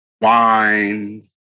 wine